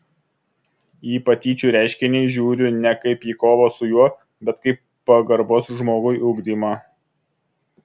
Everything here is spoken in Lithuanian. į patyčių reiškinį žiūriu ne kaip į kovą su juo bet kaip pagarbos žmogui ugdymą